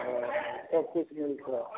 आ सब किछु मिलतै